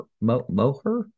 Moher